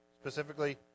Specifically